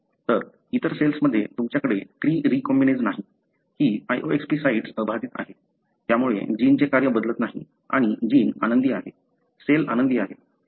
तर इतर सेल्समध्ये तुमच्याकडे क्री रीकॉम्बिनेज नाही ही loxP साईट्स अबाधित आहे त्यामुळे जीनचे कार्य बदलत नाही आणि जीन आनंदी आहे सेल आनंदी आहेत